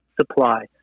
supply